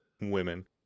women